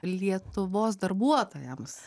lietuvos darbuotojams